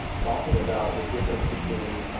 talking about the difference between